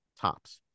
tops